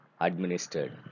administered